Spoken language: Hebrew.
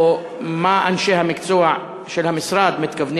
או מה אנשי המקצוע של המשרד מתכוונים